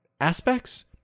aspects